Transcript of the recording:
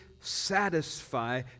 satisfy